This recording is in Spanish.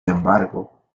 embargo